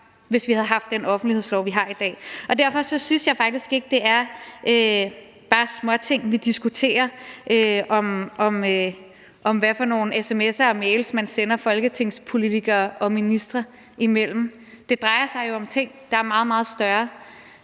hvis vi havde haft den offentlighedslov, vi har i dag. Derfor synes jeg faktisk ikke, det bare er småting, vi diskuterer om, hvad for nogle sms'er og mails man sender folketingspolitikere og ministre imellem. Det drejer sig jo om ting, der er meget, meget større,